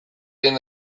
egin